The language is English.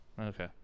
Okay